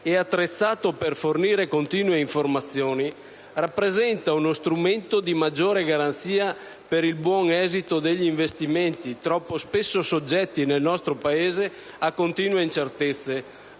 e attrezzato per fornire continue informazioni, rappresenta uno strumento di maggiore garanzia per il buon esito degli investimenti troppo spesso soggetti, nel nostro Paese, a continue incertezze